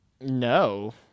No